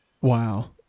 wow